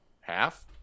Half